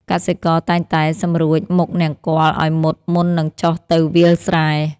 កសិករតែងតែសម្រួចមុខនង្គ័លឱ្យមុតមុននឹងចុះទៅវាលស្រែ។